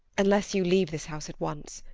unless you leave this house at once.